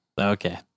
okay